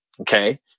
Okay